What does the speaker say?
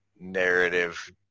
narrative